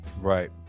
right